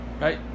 right